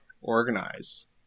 organize